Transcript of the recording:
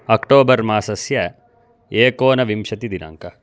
October मासस्य एकोनविंशतिदिनाङ्क